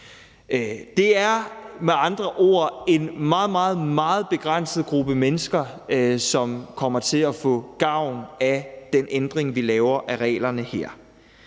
Det er med andre ord en meget, meget begrænset gruppe mennesker, som kommer til at få gavn af den ændring, vi laver af reglerne her,